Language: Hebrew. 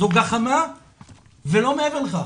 זו גחמה ולא מעבר לכך.